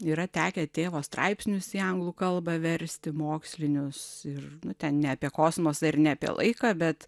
yra tekę tėvo straipsnius į anglų kalbą versti mokslinius ir nu ten ne apie kosmosą ir ne apie laiką bet